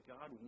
God